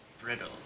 brittle